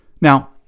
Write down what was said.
Now